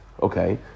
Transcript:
Okay